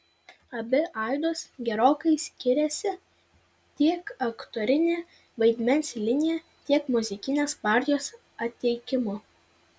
abi aidos gerokai skiriasi tiek aktorine vaidmens linija tiek muzikinės partijos pateikimu